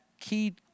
key